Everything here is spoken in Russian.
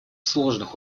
сложных